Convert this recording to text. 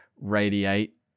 radiate